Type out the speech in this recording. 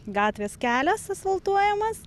gatvės kelias asfaltuojamas